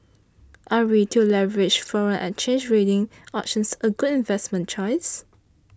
are Retail leveraged foreign exchange trading options a good investment choice